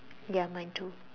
ya mine too